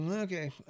Okay